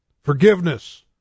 forgiveness